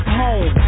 home